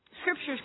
scriptures